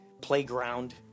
playground